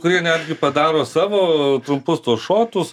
kurie netgi padaro savo trumpus šotus